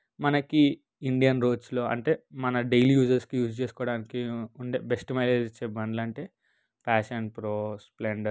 మనకి ఇండియన్ రోడ్స్లో అంటే మన డైలీ యూజెస్కి యూజ్ చేసుకోవడానికి ఉండే బెస్ట్ మైలేజ్ ఇచ్చే బండ్లంటే ఫ్యాషన్ ప్రో స్ప్లెండర్